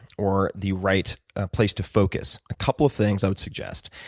or the right place to focus, a couple of things i would suggest.